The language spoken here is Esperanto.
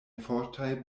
fortaj